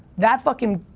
that fucking,